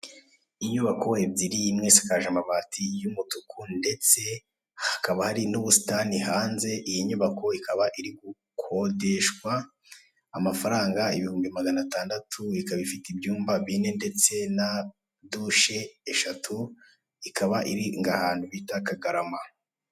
Inzu nziza cyane yo mu bwoko bw'izo bakunze kwita 'uducurama'. Ifite imbuga ngari cyane kandi isakaje amabati y'umutuku. Iyi nzu ifite ibyumba bine, ubwogero butatu, ikaba iherereye mu Kagarama. Ikodeshwa ibihumbi 600 Frw.